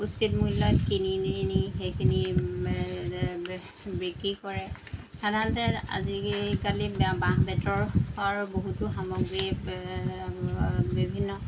উচিত মূল্যত কিনি নিয়ে নি সেইখিনি বিক্ৰী কৰে সাধাৰণতে আজিকালি বাঁহ বেতৰ বহুতো সামগ্ৰী বিভিন্ন